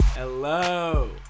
Hello